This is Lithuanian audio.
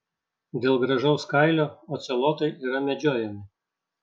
dėl gražaus kailio ocelotai yra medžiojami